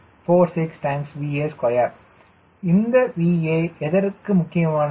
3546 VA2 இந்த VA எதற்கு முக்கியமானது